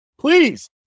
Please